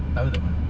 takpe takpe